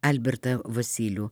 albertą vosylių